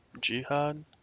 Jihad